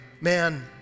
Man